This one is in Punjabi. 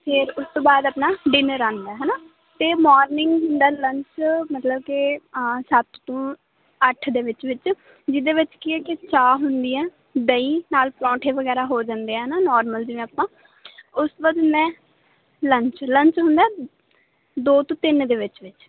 ਫੇਰ ਉਸ ਤੋਂ ਬਾਅਦ ਆਪਣਾ ਡਿਨਰ ਆਉਂਦਾ ਹੈ ਨਾ ਅਤੇ ਮੋਰਨਿੰਗ ਹੁੰਦਾ ਲੰਚ ਮਤਲਬ ਕਿ ਸੱਤ ਤੋਂ ਅੱਠ ਦੇ ਵਿੱਚ ਵਿੱਚ ਜਿਹਦੇ ਵਿੱਚ ਕੀ ਹੈ ਕਿ ਚਾਹ ਹੁੰਦੀ ਆ ਦਹੀਂ ਨਾਲ ਪਰਾਂਠੇ ਵਗੈਰਾ ਹੋ ਜਾਂਦੇ ਆ ਨਾ ਨੋਰਮਲ ਜਿਵੇਂ ਆਪਾਂ ਉਸ ਤੋਂ ਬਾਅਦ ਮੈਂ ਲੰਚ ਲੰਚ ਹੁੰਦਾ ਦੋ ਤੋਂ ਤਿੰਨ ਦੇ ਵਿੱਚ ਵਿੱਚ